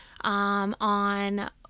on